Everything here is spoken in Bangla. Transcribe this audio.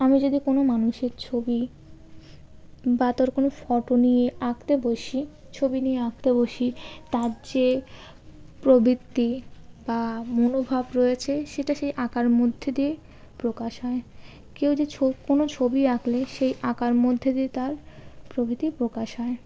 আমি যদি কোনও মানুষের ছবি বা তোর কোনও ফটো নিয়ে আঁকতে বসি ছবি নিয়ে আঁকতে বসি তার যে প্রবৃত্তি বা মনোভাব রয়েছে সেটা সেই আঁকার মধ্যে দিয়ে প্রকাশ হয় কেউ যে ছ কোনও ছবি আঁকলে সেই আঁকার মধ্যে দিয়ে তার প্রবৃত্তি প্রকাশ হয়